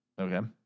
Okay